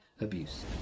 abuse